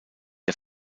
der